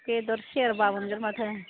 बेदर सेरबा मोनगोन माथो